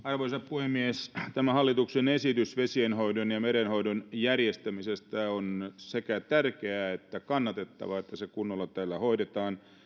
arvoisa puhemies tämä hallituksen esitys vesienhoidon ja merenhoidon järjestämisestä on sekä tärkeää että kannatettavaa että se kunnolla täällä hoidetaan